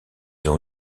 ont